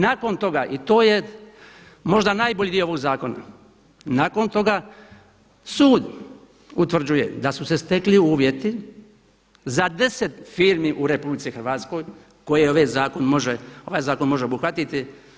Nakon toga i to je možda najbolji dio ovog zakona, nakon toga sud utvrđuje da su se stekli uvjeti za deset firmi u RH koje ovaj zakon može obuhvatiti.